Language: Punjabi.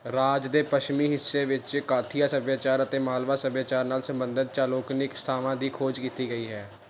ਰਾਜ ਦੇ ਪੱਛਮੀ ਹਿੱਸੇ ਵਿੱਚ ਕਾਥੀਆ ਸੱਭਿਆਚਾਰ ਅਤੇ ਮਾਲਵਾ ਸੱਭਿਆਚਾਰ ਨਾਲ ਸੰਬੰਧਿਤ ਚੈਲਕੋਲਿਕ ਸਥਾਨਾਂ ਦੀ ਖੋਜ ਕੀਤੀ ਗਈ ਹੈ